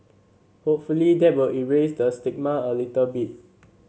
hopefully that will erase the stigma a little bit